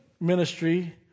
ministry